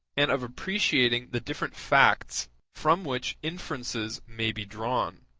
and of appreciating the different facts from which inferences may be drawn.